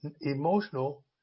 emotional